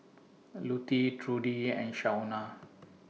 Lutie Trudi and Shaunna